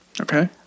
Okay